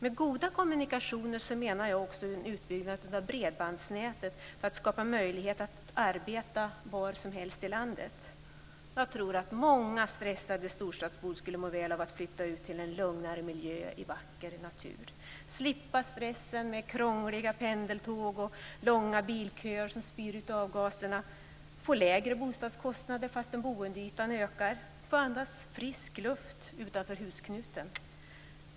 Med goda kommunikationer menar jag också en utbyggnad av bredbandsnätet för att skapa möjligheter att arbeta var som helst i landet. Jag tror att många stressade storstadsbor skulle må väl av att flytta ut till en lugnare miljö i vacker natur, slippa stressen med krånglande pendeltåg och långa köer av bilar som spyr ut avgaser, få lägre bostadskostnader trots att boytan ökar och få andas frisk luft utanför husknuten.